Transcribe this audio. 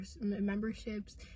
memberships